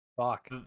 Fuck